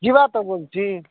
ଯିବା ତ ବୋଲୁଛି